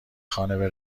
خانه